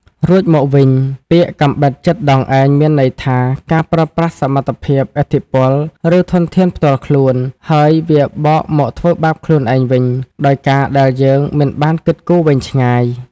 រួមមកវិញ ពាក្យ «កាំបិតចិតដងឯង» មានន័យថា ការប្រើប្រាស់សមត្ថភាព ឥទ្ធិពល ឬធនធានផ្ទាល់ខ្លួន ហើយវាបកមកធ្វើបាបខ្លួនឯងវិញ ដោយការដែលយើងមិនបានគិតគូរវែងឆ្ងាយ។